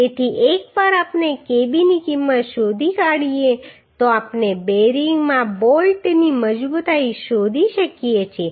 તેથી એકવાર આપણે kb ની કિંમત શોધી કાઢીએ તો આપણે બેરિંગમાં બોલ્ટની મજબૂતાઈ શોધી શકીએ છીએ